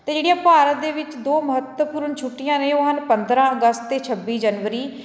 ਅਤੇ ਜਿਹੜੀਆਂ ਭਾਰਤ ਦੇ ਵਿੱਚ ਦੋ ਮਹੱਤਵਪੂਰਨ ਛੁੱਟੀਆਂ ਨੇ ਉਹ ਹਨ ਪੰਦਰ੍ਹਾਂ ਅਗਸਤ ਤੇ ਛੱਬੀ ਜਨਵਰੀ